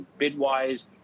BIDWISE